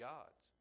God's